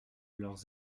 leurs